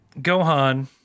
Gohan